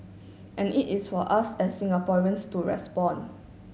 and it is for us as Singaporeans to respond